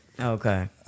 Okay